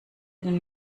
den